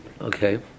Okay